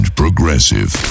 progressive